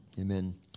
Amen